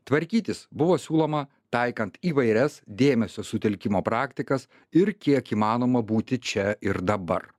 tvarkytis buvo siūloma taikant įvairias dėmesio sutelkimo praktikas ir kiek įmanoma būti čia ir dabar